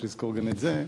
צריך לזכור גם את זה.